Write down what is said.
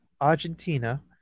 Argentina